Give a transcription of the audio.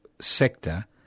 sector